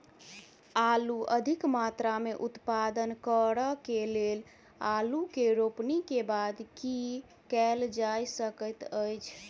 आलु अधिक मात्रा मे उत्पादन करऽ केँ लेल आलु केँ रोपनी केँ बाद की केँ कैल जाय सकैत अछि?